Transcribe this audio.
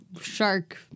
shark